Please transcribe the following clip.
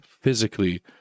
physically